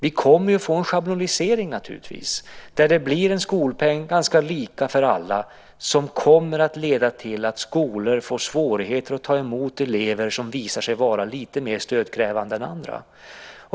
Vi kommer naturligtvis att få en schablonisering som innebär en skolpeng, ganska lika för alla, som kommer att leda till att skolor får svårigheter att ta emot elever som visar sig vara lite mer stödkrävande än andra.